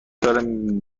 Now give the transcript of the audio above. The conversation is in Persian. دارم